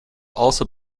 also